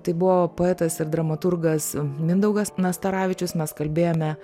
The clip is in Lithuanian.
tai buvo poetas ir dramaturgas mindaugas nastaravičius mes kalbėjome